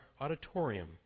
auditorium